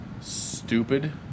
stupid